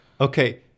Okay